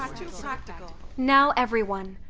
um too practical! now everyone,